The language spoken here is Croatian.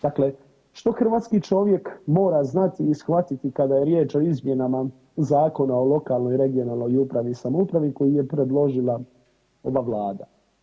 Dakle što hrvatski čovjek mora znati i shvatiti kada je riječ o izmjenama Zakona o lokalnoj i regionalnoj upravi i samoupravi koju je predložila ova Vlada?